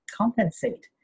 Compensate